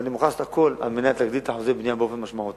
אבל אני מוכן לעשות הכול על מנת להגדיל את אחוזי הבנייה באופן משמעותי.